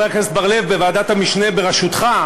מדובר, חבר הכנסת בר-לב, בוועדת המשנה בראשותך.